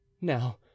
Now